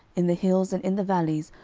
in the hills, and in the valleys,